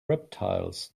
reptiles